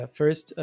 first